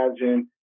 imagine